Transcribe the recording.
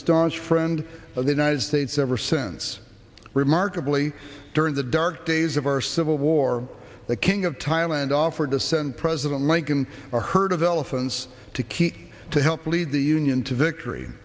as friend of the united states ever since remarkably during the dark days of our civil war the king of thailand offered to send president lincoln a herd of elephants to keep to help lead the union to victory